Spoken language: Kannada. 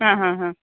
ಹಾಂ ಹಾಂ ಹಾಂ